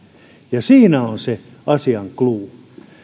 ja siinä on asian clou